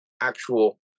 actual